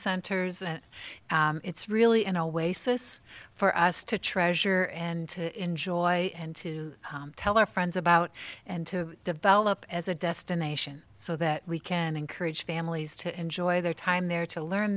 centers and it's really in a way says for us to treasure and to enjoy and to tell our friends about and to develop as a destination so that we can encourage families to enjoyed their time there to learn